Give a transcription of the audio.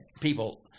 people